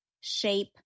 Shape